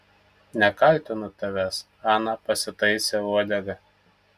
nekaltinu tavęs ana pasitaisė uodegą